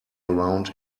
around